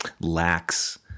lacks